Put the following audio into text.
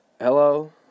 hello